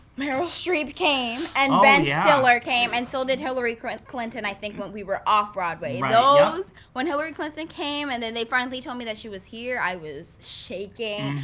meryl streep came and ben yeah stiller came, and so did hillary clinton, i think, when we were off-broadway. those, when hillary clinton came and then they finally told me that she was here, i was shaking.